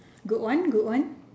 good one good one